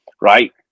right